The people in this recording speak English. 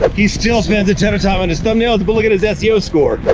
like he still spends a ton of time on his thumbnails. but look at his ah seo score,